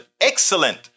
excellent